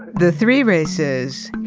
the three races,